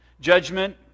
Judgment